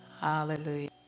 Hallelujah